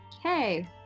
hey